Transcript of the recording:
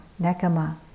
nekama